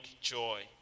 joy